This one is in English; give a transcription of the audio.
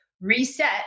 reset